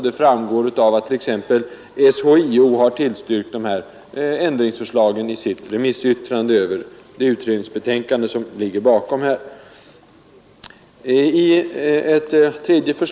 Det framgår av att t.ex. SHIO har tillstyrkt ändringsförslagen i sitt remissyttrande över det utredningsbetänkande, som ligger till grund för propositionen.